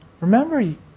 remember